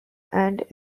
and